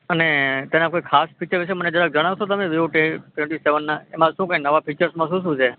અને તેના કોઈ ખાસ ફીચર વિશે મને જરાક જણાવશો તમે વિવો વી ટવેન્ટી સેવનના એમાં શું કંઈ નવાં ફીચર્સમાં શું શું છે